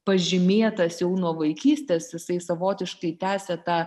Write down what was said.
pažymėtas jau nuo vaikystės jisai savotiškai tęsia tą